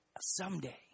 someday